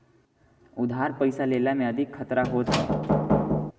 उधार पईसा लेहला में अधिका खतरा होत हअ